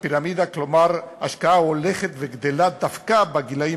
כלומר השקעה הולכת וגדלה דווקא בגילים